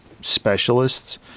specialists